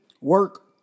work